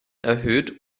erhöht